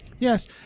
Yes